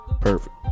Perfect